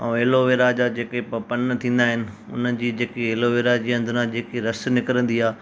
ऐं एलोवेरा जा जेके पपन थींदा आहिनि उन्हनि जी जेके एलोवेरा जे अंदरा जेकी रस निकरंदी आहे